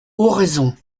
oraison